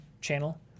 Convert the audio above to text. channel